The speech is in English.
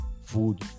food